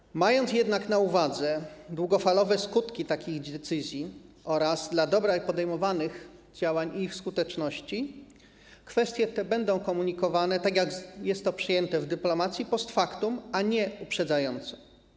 Jednak mając na uwadze długofalowe skutki takich decyzji oraz dla dobra podejmowanych działań i ich skuteczności, kwestie te będą komunikowane, tak jak jest to przyjęte w dyplomacji, post factum, a nie uprzedzająco.